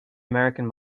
american